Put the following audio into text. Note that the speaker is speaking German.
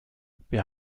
wir